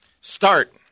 Start